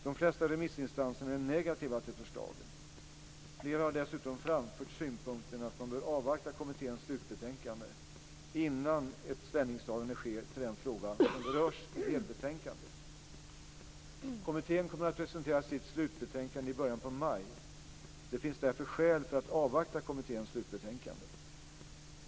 De flesta remissinstanserna är negativa till förslagen. Flera har dessutom framfört synpunkten att man bör avvakta kommitténs slutbetänkande innan ett ställningstagande görs i den fråga som berörs i delbetänkandet. Kommittén kommer att presentera sitt slutbetänkande i början på maj. Det finns därför skäl för att avvakta kommitténs slutbetänkande.